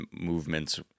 movements